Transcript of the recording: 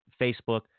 Facebook